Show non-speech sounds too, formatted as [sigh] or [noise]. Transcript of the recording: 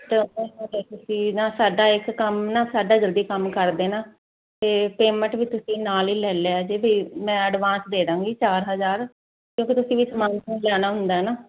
[unintelligible] ਤੁਸੀਂ ਨਾ ਸਾਡਾ ਇੱਕ ਕੰਮ ਨਾ ਸਾਡਾ ਜਲਦੀ ਕੰਮ ਕਰ ਦੇਣਾ ਤੇ ਪੇਮੈਂਟ ਵੀ ਤੁਸੀਂ ਨਾਲ ਹੀ ਲੈ ਲਿਆ ਜੇ ਵੀ ਮੈਂ ਐਡਵਾਂਸ ਦੇ ਦਾਂਗੀ ਚਾਰ ਹਜਾਰ ਕਿਉਂਕਿ ਤੁਸੀਂ ਵੀ ਸਮਾਨ ਲਿਆਣਾ ਹੁੰਦਾ ਨਾ